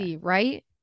right